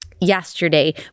yesterday